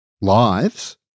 lives